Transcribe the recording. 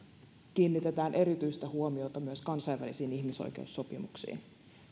kiinnitetään erityistä huomiota myös kansainvälisiin ihmisoikeussopimuksiin